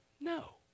No